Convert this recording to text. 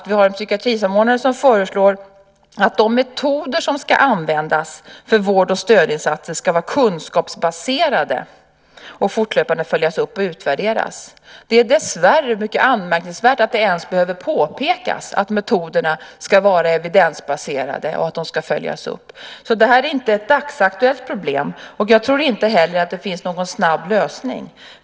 Vi har en psykiatrisamordnare som föreslår att de metoder som ska användas för vård och stödinsatser ska vara kunskapsbaserade och fortlöpande följas upp och utvärderas. Det är dessvärre mycket anmärkningsvärt att det ens behöver påpekas att metoderna ska vara evidensbaserade och att de ska följas upp. Det här är alltså inte ett dagsaktuellt problem. Jag tror inte heller att det finns någon snabb lösning.